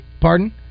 Pardon